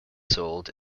sold